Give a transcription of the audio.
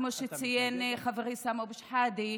כמו שציין חברי סמי אבו שחאדה.